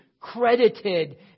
credited